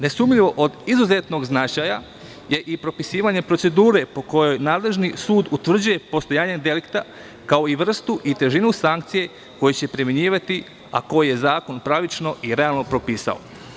Nesumnjivo od izuzetnog značaja je i propisivanje procedure po kojoj nadležni sud utvrđuje postojanje delikta, kao i vrstu i težinu sankcije koju će primenjivati, a koju je zakon pravično i realno propisao.